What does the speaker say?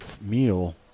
meal